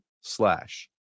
slash